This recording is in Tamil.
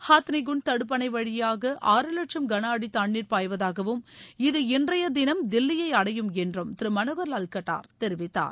ஹாத்னிகுன்ட் தடுப்பணை வழியாக ஆறு லட்சம் கனஅடி தண்ணீர் பாய்வதாகவும் இது இன்றைய தினம் தில்லியை அடையும் என்றும் திரு மனோகர்லால் கட்டார் தெரிவித்தார்